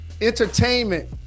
entertainment